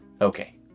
Okay